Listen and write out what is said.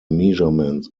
measurements